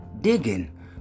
digging